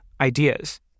ideas